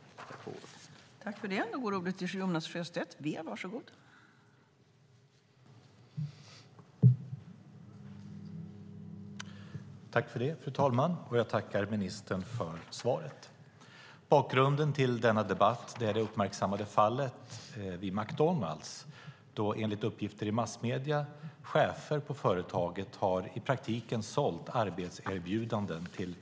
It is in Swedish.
Då Josefin Brink, som framställt interpellationen, anmält att hon var förhindrad att närvara vid sammanträdet medgav förste vice talmannen att Jonas Sjöstedt i stället fick delta i överläggningen.